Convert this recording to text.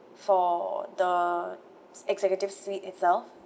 for the executive suite itself